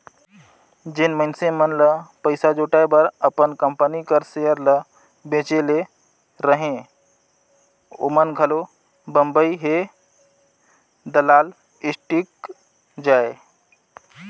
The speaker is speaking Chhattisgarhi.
जेन मइनसे मन ल पइसा जुटाए बर अपन कंपनी कर सेयर ल बेंचे ले रहें ओमन घलो बंबई हे दलाल स्टीक जाएं